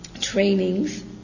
trainings